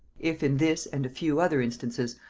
if in this and a few other instances,